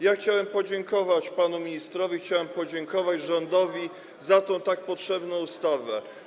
Ja chciałem podziękować panu ministrowi, chciałem podziękować rządowi za tę tak potrzebną ustawę.